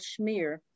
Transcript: schmear